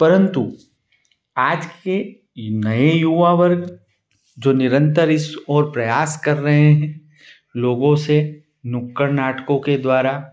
परंतु आज के आज के नए युवा वर्ग जो निरंतर इस ओर प्रयास कर रहे हैं लोगों से नुक्कड़ नाटकों के द्वारा